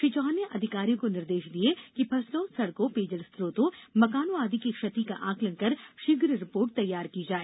श्री चौहान ने अधिकारियों को निर्देश दिए कि फसलों सड़कों पेयजल स्त्रोतों मकानों आदि की क्षति का आकलन कर शीघ्र रिपोर्ट तैयार की जाए